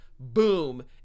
Boom